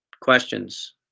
questions